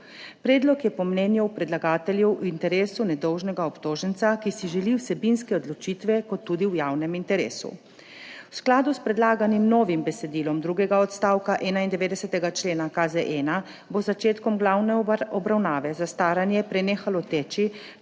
Predlog je po mnenju predlagateljev v interesu nedolžnega obtoženca, ki si želi vsebinske odločitve, kot tudi v javnem interesu. V skladu s predlaganim novim besedilom drugega odstavka 91. člena KZ bo z začetkom glavne obravnave zastaranje prenehalo teči,